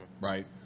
right